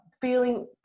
feeling